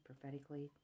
prophetically